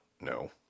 No